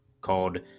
called